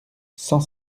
cent